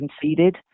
conceded